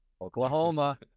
Oklahoma